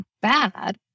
bad